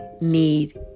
need